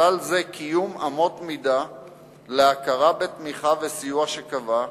ובכלל זה קיום אמות מידה להכרה בתמיכה וסיוע שקבעה,